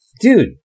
Dude